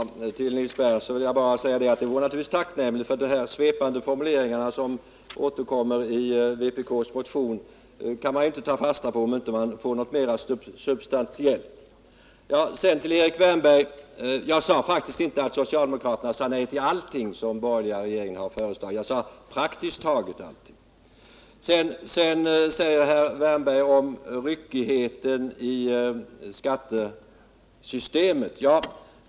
Herr talman! Till Nils Berndtson vill jag bara säga att det naturligtvis vore tacknämligt med en specificering, för de svepande formuleringar som återkommer i vpk:s motion kan man inte ta fasta på — det behövs något mera substantiellt. Jag sade faktiskt inte, Erik Wärnberg, att socialdemokraterna säger nej till allting som den borgerliga regeringen har föreslagit. Jag sade ”praktiskt taget allting”. Sedan talar herr Wärnberg om ryckigheten i skattesystemet.